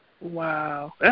Wow